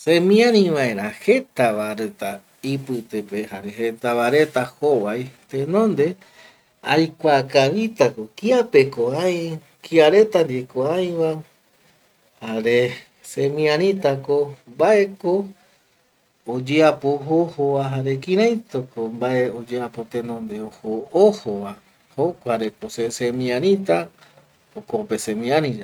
﻿Seniari vaera jetava reta ipitepe, jare jetava reta jovai, tenonde aikua kavitako kiapeko aï, kiareta ndieko aïva, jare semiarïtako mbaeko oyeapo ojo ojova, jare kiraitako mbae tenonde oyeapo ojo ojo, jukareko se semiärita jokope semiariyae